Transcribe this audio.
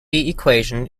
equation